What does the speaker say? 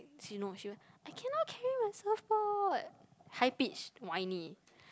she know she went I cannot carry my surf board high pitch whiny